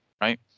right